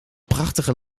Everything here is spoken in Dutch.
prachtige